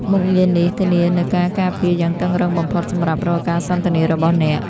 មុខងារនេះធានានូវការការពារយ៉ាងតឹងរ៉ឹងបំផុតសម្រាប់រាល់ការសន្ទនារបស់អ្នក។